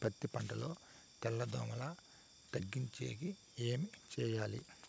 పత్తి పంటలో తెల్ల దోమల తగ్గించేకి ఏమి చేయాలి?